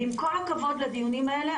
ועם כל הכבוד לדיונים האלה,